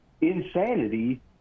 insanity